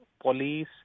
police